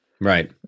Right